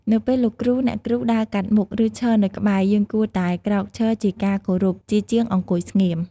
នៅពេលលោកគ្រូ អ្នកគ្រូដើរកាត់មុខ ឬឈរនៅក្បែរ យើងគួរតែ ក្រោកឈរជាការគោរព ជាជាងអង្គុយស្ងៀម។